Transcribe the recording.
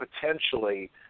potentially